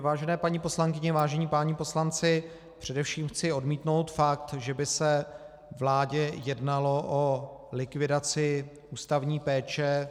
Vážené paní poslankyně, vážení páni poslanci, především chci odmítnout fakt, že by se vládě jednalo o likvidaci ústavní péče.